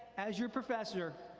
as your professor,